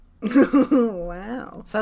Wow